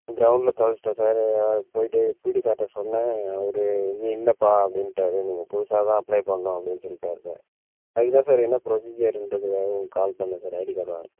கிரௌண்டில் தொலைச்சுட்டேன் சார் போய்ட்டு பி டி சார்ட்ட சொன்னே அவர் இங்கே இல்லைப்பா அப்படின்ட்டாரு நீங்கள் புதுசாக தான் அப்ளை பண்ணணும் அப்படின்னு சொல்லிட்டார் சார் அதுக்கு தான் சார் என்ன ப்ரொஸீஜருன்றதுக்காக உங்களுக்கு கால் பண்ணேன் சார் ஐடி கார்டு வாங்க